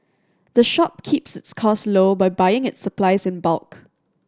the shop keeps its costs low by buying its supplies in bulk